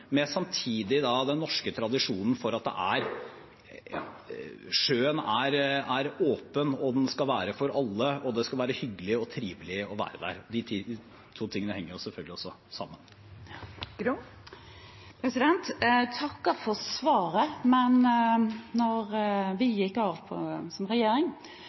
med den norske tradisjonen at sjøen er åpen, at den skal være for alle, og at det skal være hyggelig og trivelig å være der. De to tingene henger jo selvfølgelig sammen. Jeg takker for svaret. Da vi gikk av som regjering,